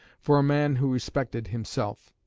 for a man who respected himself.